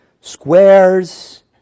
squares